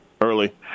early